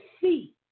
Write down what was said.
see